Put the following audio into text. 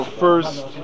first